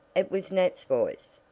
it was nat's voice.